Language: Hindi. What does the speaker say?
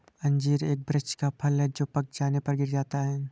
अंजीर एक वृक्ष का फल है जो पक जाने पर गिर जाता है